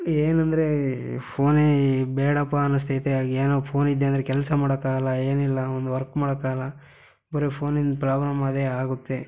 ಏನು ಅಂದರೆ ಫೋನೇ ಬೇಡಪ್ಪ ಅನ್ನಿಸ್ತೈತೆ ಏನೋ ಫೋನ್ ಇದೆ ಅಂದರೆ ಕೆಲಸ ಮಾಡಕ್ಕೆ ಆಗೋಲ್ಲ ಏನಿಲ್ಲ ಒಂದು ವರ್ಕ್ ಮಾಡಕ್ಕೆ ಆಗೋಲ್ಲ ಬರೀ ಪೋನಿನ ಪ್ರಾಬ್ಲಮ್ ಅದೇ ಆಗುತ್ತೆ